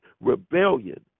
rebellion